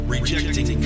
Rejecting